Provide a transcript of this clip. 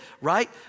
right